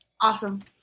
Awesome